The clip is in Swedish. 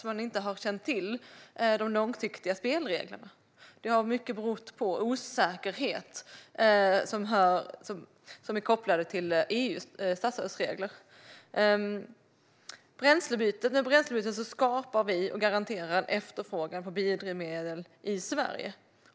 De har inte känt till de långsiktiga spelreglerna, mycket beroende på osäkerhet som är kopplad till EU:s statsstödsregler. Med bränslebytet skapar och garanterar vi en efterfrågan på biodrivmedel i Sverige.